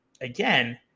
again